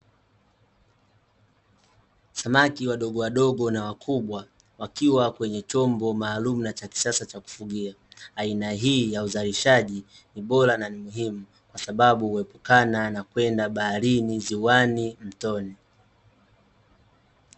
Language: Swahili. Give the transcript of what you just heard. Samaki wadogo wadogo na wakubwa, wakiwa kwenye chombo maalumu na cha kisasa cha kufugia. Aina hii ya uzalishaji, ni bora na ni muhimu, kwa sababu huepukana na kwenda baharini, ziwani, mtoni.